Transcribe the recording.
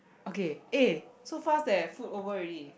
okay eh so fast eh food over already